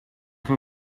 can